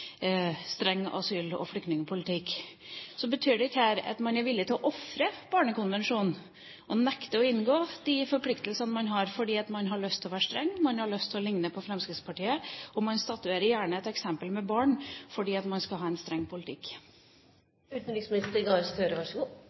streng asyl- og flyktningpolitikk. Betyr ikke det at man her er villig til å ofre Barnekonvensjonen og nekte å inngå de forpliktelsene man har, fordi man har lyst til å være streng, man har lyst til ligne på Fremskrittspartiet, og man statuerer gjerne et eksempel med barn fordi man skal ha en streng politikk? Dette er så